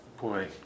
boy